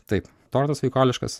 taip tortas sveikuoliškas